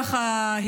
ככה,